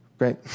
Great